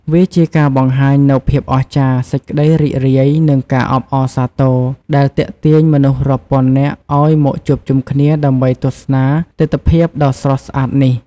វាជាការបង្ហាញនូវភាពអស្ចារ្យ សេចក្តីរីករាយ និងការអបអរសាទរ ដែលទាក់ទាញមនុស្សរាប់ពាន់នាក់ឲ្យមកជួបជុំគ្នាដើម្បីទស្សនាទិដ្ឋភាពដ៏ស្រស់ស្អាតនេះ។